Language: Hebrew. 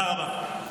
תודה רבה.